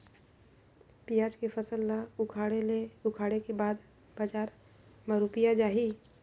पियाज के फसल ला उखाड़े के बाद बजार मा रुपिया जाही?